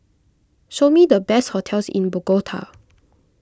show me the best hotels in Bogota